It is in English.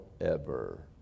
forever